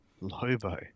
Lobo